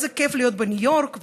איזה כיף להיות בניו יורק.